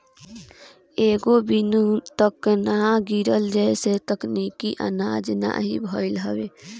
एगो बुन्नी तक ना गिरल जेसे तनिको आनाज नाही भइल हवे